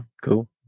cool